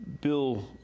Bill